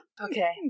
Okay